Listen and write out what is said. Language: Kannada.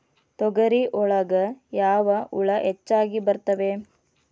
ತೊಗರಿ ಒಳಗ ಯಾವ ಹುಳ ಹೆಚ್ಚಾಗಿ ಬರ್ತವೆ?